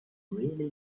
really